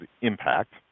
impact